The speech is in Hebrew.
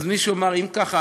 אז מישהו אמר: אם ככה,